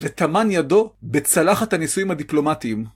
וטמן ידו בצלחת הנישואים הדיפלומטיים.